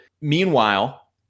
Meanwhile